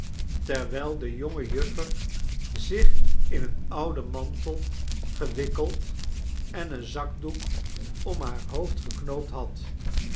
terwijl de jonge juffer zich in een ouden mantel gewikkeld en een zakdoek om haar hoofd geknoopt had